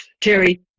Terry